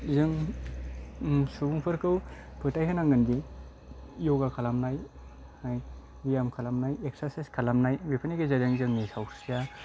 जों सुबुंफोरखौ फोथायहोनांगोन दि यगा खालामनाय हाय बियाम खालामनाय एक्सारसायस खालामनाय बेफोरनि गेजेरजों जोंनि सावस्रिया